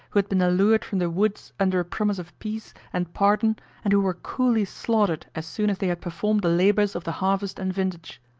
who had been allured from the woods under a promise of peace and pardon and who were coolly slaughtered as soon as they had performed the labors of the harvest and vintage.